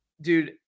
dude